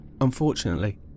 Unfortunately